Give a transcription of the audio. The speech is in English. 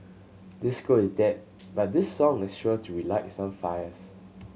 disco is dead but this song is sure to relight some fires